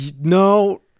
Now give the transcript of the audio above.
No